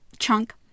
Chunk